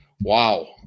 wow